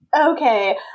Okay